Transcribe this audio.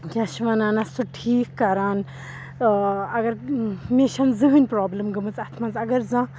کیٛاہ چھِ وَنان اَتھ سُہ ٹھیٖک کَران اگر مےٚ چھَنہٕ زٕہٕنۍ پرٛابلِم گٔمٕژ اَتھ منٛز اگر زانٛہہ